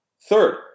Third